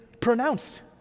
pronounced